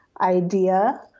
idea